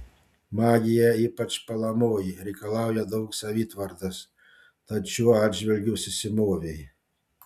magija ypač puolamoji reikalauja daug savitvardos tad šiuo atžvilgiu susimovei